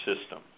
system